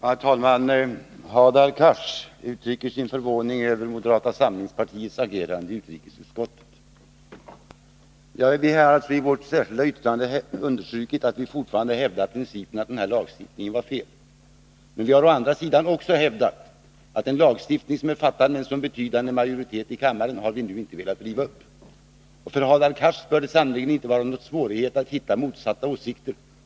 Herr talman! Hadar Cars uttrycker sin förvåning över moderata samlingspartiets agerande i utrikesutskottet. Vi har i vårt särskilda yttrande understrukit att vi fortfarande hävdar att det i princip var fel att stifta Sydafrikalagen. Vi har å andra sidan hävdat att en lagstiftning som beslutats med så betydande majoritet i kammaren har vi inte velat riva upp. För Hadar Cars bör det sannerligen inte vara någon svårighet att hitta motsatta åsikter.